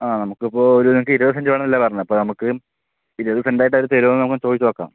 ആ നമുക്കിപ്പോൾ ഒരു നിങ്ങൾക്ക് ഇരുപതുസെൻറ് വേണമെന്നല്ലേ പറഞ്ഞത് അപ്പം നമുക്ക് ഇരുപതുസെൻറായിട്ട് അവര് തരുവോന്നു നമുക്കൊന്നു ചോദിച്ചുനോക്കാം